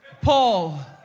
Paul